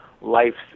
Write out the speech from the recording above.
life's